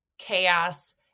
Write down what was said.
chaos